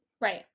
Right